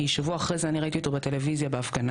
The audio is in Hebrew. כי שבוע אחרי זה אני ראיתי אותו בטלוויזיה בהפגנה,